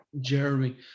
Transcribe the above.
Jeremy